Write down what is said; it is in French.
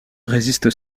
résiste